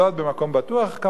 במקום בטוח כמובן,